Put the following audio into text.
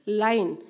line